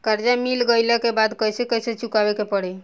कर्जा मिल गईला के बाद कैसे कैसे चुकावे के पड़ी?